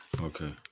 Okay